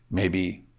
maybe,